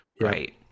Right